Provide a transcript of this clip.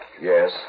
Yes